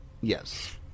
Yes